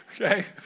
Okay